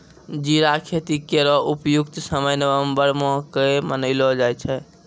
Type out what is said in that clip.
जीरा खेती केरो उपयुक्त समय नवम्बर माह क मानलो जाय छै